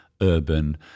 Urban